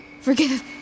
forgive